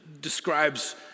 describes